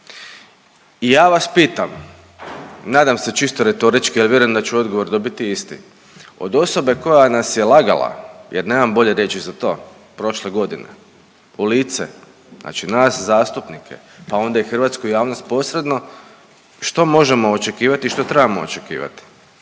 I ja vas pitam, nadam se čisto retorički, al vjerujem da ću odgovor dobiti isti. Od osobe koja nas je lagala, jer nemam bolje riječi za to, prošle godine u lice, znači nas zastupnike, pa onda i hrvatsku javnost posredno, što možemo očekivati i što trebamo očekivati?